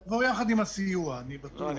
יבוא יחד עם הסיוע, אני בטוח.